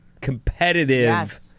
competitive